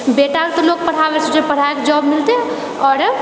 बेटाके लोग पढ़ाबएछै जे पढ़ाके जॉब मिलतै आओर